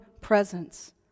presence